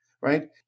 right